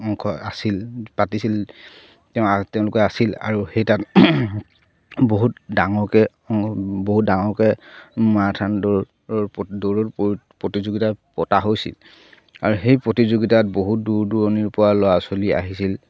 অংশ আছিল পাতিছিল তেওঁ তেওঁলোকে আছিল আৰু সেই তাত বহুত ডাঙৰকে বহুত ডাঙৰকে মাৰাথান দৌৰৰ দৌৰৰ প্ৰতিযোগিতা পতা হৈছিল আৰু সেই প্ৰতিযোগিতাত বহুত দূৰ দূৰণিৰ পৰা ল'ৰা ছোৱালী আহিছিল